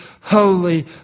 holy